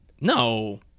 No